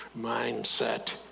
mindset